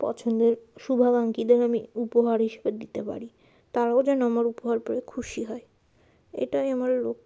পছন্দের শুভাকাঙ্ক্ষীদের আমি উপহার হিসেবে দিতে পারি তারাও যেন আমার উপহার পেয়ে খুশি হয় এটাই আমার লক্ষ্য